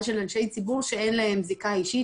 של אנשי ציבור שאין להם זיקה אישית,